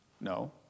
No